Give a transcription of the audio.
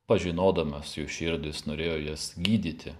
pažinodamas jų širdis norėjo jas gydyti